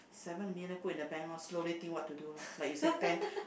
seven million put in the bank lor slowly think what to do loh like you say ten